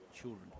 children